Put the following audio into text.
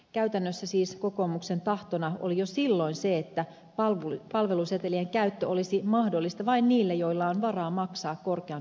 käytännössä siis kokoomuksen tahtona oli jo silloin se että palvelusetelien käyttö olisi mahdollista vain niille joilla on varaa maksaa korkeampi omavastuu